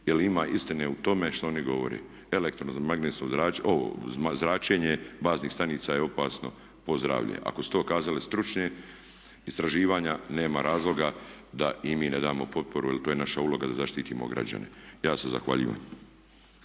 jer ima istine u tome što oni govore. Elektromagnetsko zračenja, ovo zračenje baznih stanica je opasno po zdravlje. Ako su to kazali stručna istraživanja nema razloga da i mi ne damo potporu, jer to je naša uloga da zaštitimo građane. Ja se zahvaljujem.